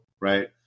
Right